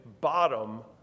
bottom